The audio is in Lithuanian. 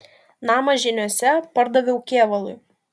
namą žyniuose pardaviau kėvalui